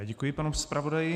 Děkuji panu zpravodaji.